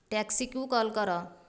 ଟ୍ୟାକ୍ସିକୁ call କର